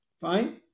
Fine